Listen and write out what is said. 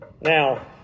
now